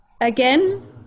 again